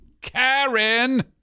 Karen